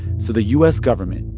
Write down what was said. so the u s. government,